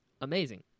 amazing